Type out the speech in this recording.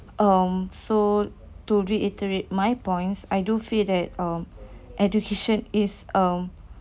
um so to reiterate my points I do feel that um education is um